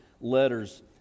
letters